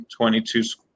22